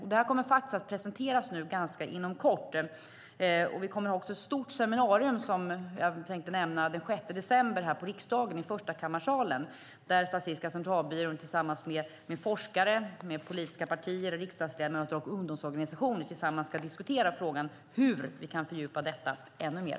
Det kommer att presenteras inom kort, och jag tänkte nämna att vi kommer att ha ett stort seminarium den 6 december i Förstakammarsalen här i riksdagen. Då kommer Statistiska centralbyrån tillsammans med forskare, politiska partier, riksdagsledamöter och ungdomsorganisationer att diskutera frågan hur vi kan fördjupa detta ännu mer.